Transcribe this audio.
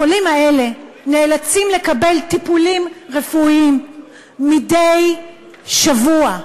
החולים האלה נאלצים לקבל טיפולים רפואיים מדי שבוע,